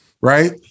Right